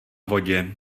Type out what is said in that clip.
vodě